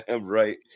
Right